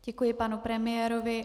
Děkuji panu premiérovi.